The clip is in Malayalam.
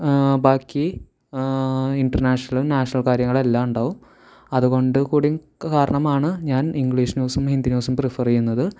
ബാക്കി ഇൻറർനാഷണലും നാഷണൽ കാര്യങ്ങളും എല്ലാം ഉണ്ടാവും അതുകൊണ്ടുകൂടി കാരണമാണ് ഞാൻ ഇംഗ്ലീഷ് ന്യൂസും ഹിന്ദി ന്യൂസും പ്രിഫർ ചെയ്യുന്നത്